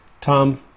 tom